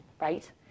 right